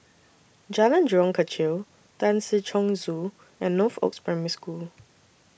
Jalan Jurong Kechil Tan Si Chong Su and Northoaks Primary School